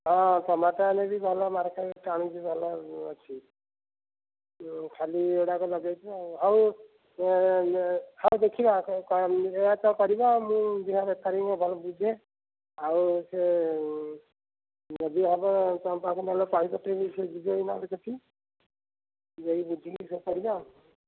ହଁ ଟମାଟୋ ହେଲେ ବି ଭଲ ମାର୍କେଟ୍ ଟାଣୁଛି ଭଲ ଅଛି ଖାଲି ଏଗୁଡ଼ାକ ଲଗେଇଛ ଆଉ ହଉ ଦେଖିବା କ କ'ଣ ଏୟା ତ କରିବା ଆଉ ମୁଁ ଦେଖିଆ ବେପାରିଙ୍କ ଭଲ ବୁଝେ ଆଉ ସେ ଯଦି ହେବ ତମ ପାଖକୁ ନହେଲେ କହି ପଠେଇବି ସେ ଯିବେ ଏଇନା ଦେଖି ଯାଇକି ବୁଝିକି ଯାହା କରିବା ଆଉ